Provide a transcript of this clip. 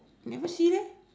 never see leh